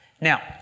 Now